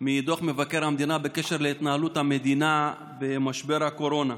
מדוח מבקר המדינה בקשר להתנהלות המדינה במשבר הקורונה.